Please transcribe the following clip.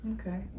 Okay